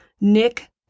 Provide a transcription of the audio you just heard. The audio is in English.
Nick